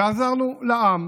שעזרנו לעם